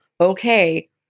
okay